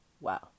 Wow